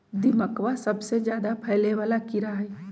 दीमकवा सबसे ज्यादा फैले वाला कीड़ा हई